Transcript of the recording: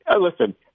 Listen